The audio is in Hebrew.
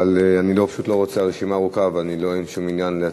אבל הרשימה ארוכה, אין שום עניין להציגה,